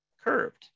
curved